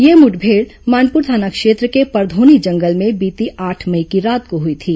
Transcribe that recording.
यह मुठभेड़ मानपुर थाना क्षेत्र के परधोनी जंगल में बीती आठ मई की रात को हुई थी